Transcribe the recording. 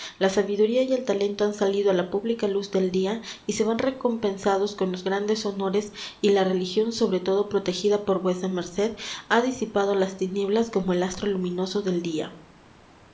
la sabiduría y el talento han salido a la pública luz del día y se ven recompensados con los grandes honores y la religión sobre todo protegida por v m ha disipado las tinieblas como el astro luminoso del día